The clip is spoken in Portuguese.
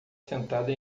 sentada